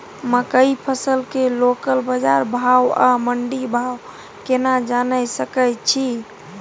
मकई फसल के लोकल बाजार भाव आ मंडी भाव केना जानय सकै छी?